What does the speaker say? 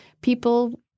people